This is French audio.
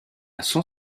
cent